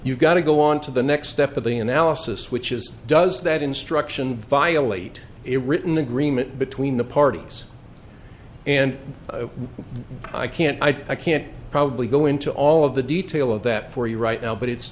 you've got to go on to the next step of the analysis which is does that instruction violate it written agreement between the parties and i can't i can't probably go into all of the detail of that for you right now but it's